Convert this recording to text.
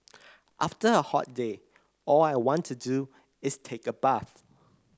after a hot day all I want to do is take a bath